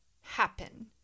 happen